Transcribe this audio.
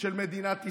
של מדינת ישראל.